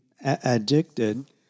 addicted